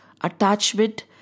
Attachment